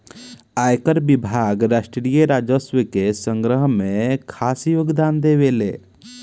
आयकर विभाग राष्ट्रीय राजस्व के संग्रह में खास योगदान देवेला